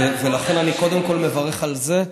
ולכן אני קודם כול מברך על זה.